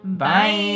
Bye